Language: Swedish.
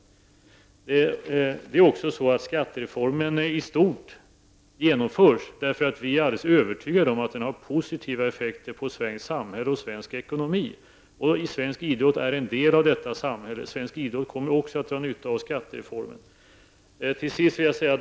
Vi är också alldeles övertygade om att skattereformen har positiva effekter på svenskt samhälle och svensk ekonomi. Svensk idrott är en del av detta samhälle, och svensk idrott kommer också att kunna dra nytta av skattereformen.